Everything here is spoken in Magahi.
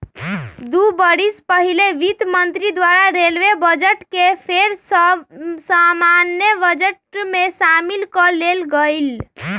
दू बरिस पहिले वित्त मंत्री द्वारा रेलवे बजट के फेर सँ सामान्य बजट में सामिल क लेल गेलइ